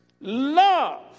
Love